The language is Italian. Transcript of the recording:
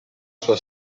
sua